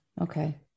Okay